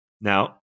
Now